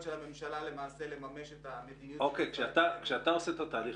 הממשלה לממש את המדיניות --- כשאתה עושה את התהליך